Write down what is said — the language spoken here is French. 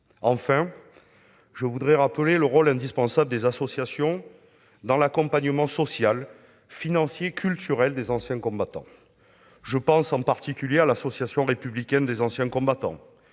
Enfin, je voudrais rappeler le rôle indispensable des associations dans l'accompagnement social, financier et culturel des anciens combattants. Je pense en particulier à l'Association républicaine des anciens combattants